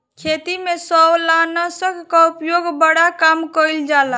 खेती में शैवालनाशक कअ उपयोग बड़ा कम कइल जाला